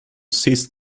seized